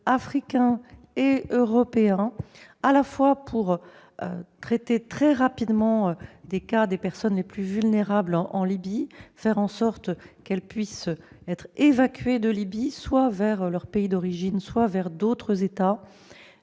Africains et Européens, à la fois pour traiter très rapidement du cas des personnes les plus vulnérables en Libye et pour faire en sorte qu'elles puissent être évacuées de ce territoire, soit vers leur pays d'origine, soit vers d'autres États.